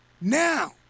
now